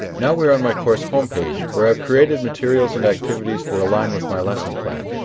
now we are on my course homepage where i have created materials and activities that align with my lesson plan.